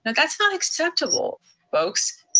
but that's not acceptable folks.